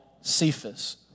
Cephas